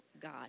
God